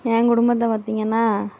என் குடும்பத்தை பார்த்திங்கன்னா